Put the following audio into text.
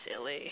silly